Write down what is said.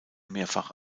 mehrfach